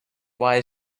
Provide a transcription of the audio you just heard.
why